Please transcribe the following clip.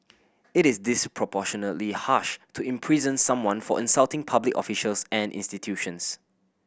it is disproportionately harsh to imprison someone for insulting public officials and institutions